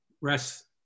rest